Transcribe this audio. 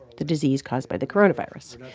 the disease caused by the coronavirus.